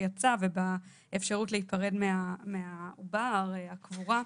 שיצא ובאפשרות להיפרד מהעובר טרם הקבורה.